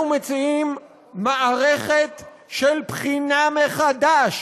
אנחנו מציעים מערכת של בחינה מחדש